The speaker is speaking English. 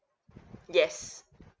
yes